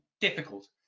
difficult